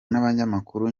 n’abanyamakuru